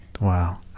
Wow